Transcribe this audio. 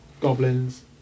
goblins